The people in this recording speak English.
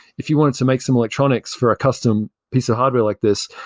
if you wanted to make some electronics for a custom piece of hardware like this,